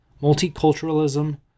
multiculturalism